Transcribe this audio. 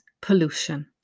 pollution